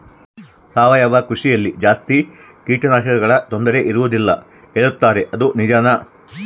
ಸಾವಯವ ಕೃಷಿಯಲ್ಲಿ ಜಾಸ್ತಿ ಕೇಟನಾಶಕಗಳ ತೊಂದರೆ ಇರುವದಿಲ್ಲ ಹೇಳುತ್ತಾರೆ ಅದು ನಿಜಾನಾ?